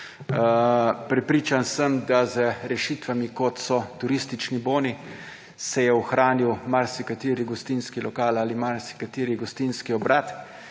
Prepričan sem, da z rešitvami, kot so turistični boni, se je ohranil marsikateri gostinski lokal ali marsikateri gostinski obrat.